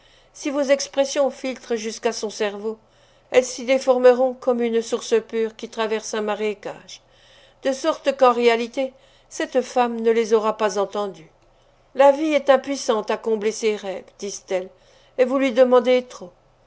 si vos expressions filtrent jusqu'à son cerveau elles s'y déformeront comme une source pure qui traverse un marécage de sorte qu'en réalité cette femme ne les aura pas entendues la vie est impuissante à combler ces rêves disent-elles et vous lui demandez trop